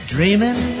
Dreaming